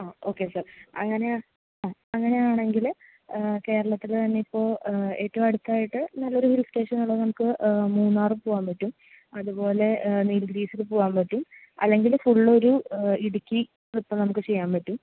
ആ okay sir അങ്ങനെയാണ് ആ അങ്ങനെയാണെങ്കിൽ കേരളത്തിൽ തന്നെ ഇപ്പോൾ ഏറ്റവും അടുത്തായിട്ട് നല്ലൊരു ഹിൽസ്റ്റേഷനുള്ളത് നമുക്ക് മൂന്നാർ പോവാൻ പറ്റും അതുപോലെ നീൽഗിരീസിൽ പോവാൻ പറ്റും അല്ലെങ്കിൽ ഫുള്ളൊരു ഇടുക്കി ട്രിപ്പ് നമുക്ക് ചെയ്യാൻ പറ്റും